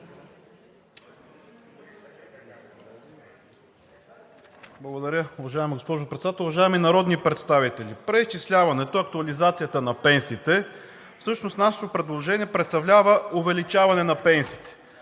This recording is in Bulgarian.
Благодаря, уважаема госпожо Председател. Уважаеми народни представители! Преизчисляването, актуализацията на пенсиите по нашето предложение представлява увеличаване на пенсиите,